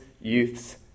youths